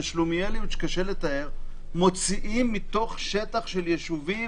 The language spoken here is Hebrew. בשלומיאליות שקשה לתאר מוציאים מתוך שטח של ישובים